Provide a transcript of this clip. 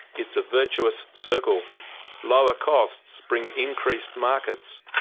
it's a virtuous circle lower costs bring increased markets,